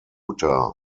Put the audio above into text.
utah